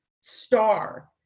star